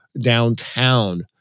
downtown